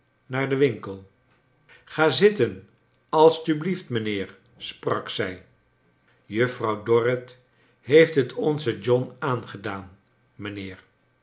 naar den winkel ga zitten alstublieft mijnheer sprak zij juffrouw dorrit heeft het onzen john aangedaan mijnheer